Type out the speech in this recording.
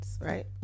right